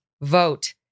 vote